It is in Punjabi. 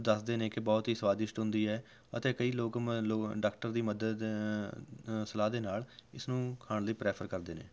ਦੱਸਦੇ ਨੇ ਕਿ ਬਹੁਤ ਹੀ ਸਵਾਦਿਸ਼ਟ ਹੁੰਦੀ ਹੈ ਅਤੇ ਕਈ ਲੋਕ ਮ ਲੋ ਡਾਕਟਰ ਦੀ ਮਦਦ ਸਲਾਹ ਦੇ ਨਾਲ ਇਸ ਨੂੰ ਖਾਣ ਲਈ ਪਰੈਫਰ ਕਰਦੇ ਨੇ